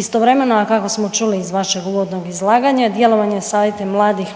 Istovremeno, a kako smo čuli iz vašeg uvodnog izlaganja, djelovanje savjeta mladih